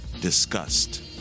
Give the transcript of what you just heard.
disgust